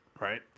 right